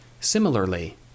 Similarly